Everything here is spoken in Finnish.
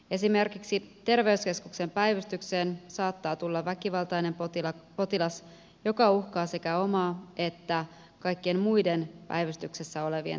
esimerkiksi terveyskeskuksen päivystykseen saattaa tulla väkivaltainen potilas joka uhkaa sekä omaa että kaikkien muiden päivystyksessä olevien turvallisuutta